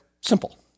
Simple